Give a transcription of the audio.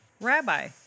Rabbi